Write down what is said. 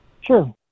Sure